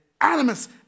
animus